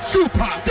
Super